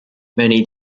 many